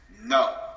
No